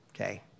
okay